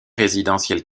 résidentiel